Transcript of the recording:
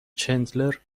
چندلر